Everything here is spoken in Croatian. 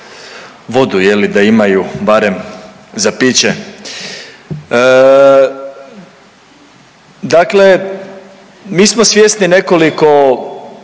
vodu, je li, da imaju barem za piće. Dakle mi smo svjesni nekoliko